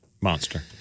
monster